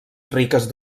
riques